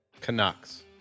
Canucks